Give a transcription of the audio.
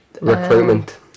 recruitment